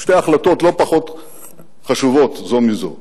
שתי החלטות לא פחות חשובות זו מזו.